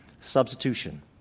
Substitution